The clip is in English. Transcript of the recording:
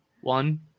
One